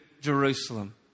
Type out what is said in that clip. Jerusalem